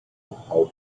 how